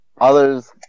others